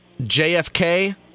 JFK